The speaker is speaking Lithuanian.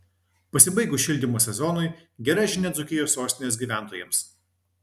pasibaigus šildymo sezonui gera žinia dzūkijos sostinės gyventojams